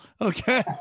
Okay